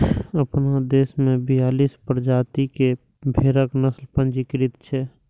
अपना देश मे बियालीस प्रजाति के भेड़क नस्ल पंजीकृत छै